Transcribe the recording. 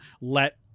let